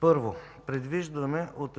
Първо, предвиждаме от